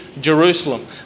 Jerusalem